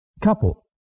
couple